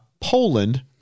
Poland